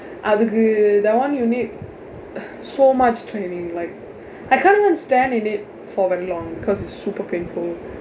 அதுக்கு:athukku that one you need so much training like I can't even stand in it for very long because it's super painful